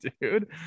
dude